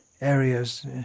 areas